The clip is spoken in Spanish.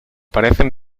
parecen